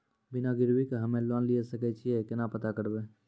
बिना गिरवी के हम्मय लोन लिये सके छियै केना पता करबै?